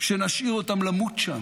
שנשאיר אותם למות שם?